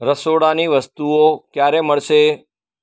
રસોડાની વસ્તુઓ ક્યારે મળશે